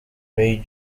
ray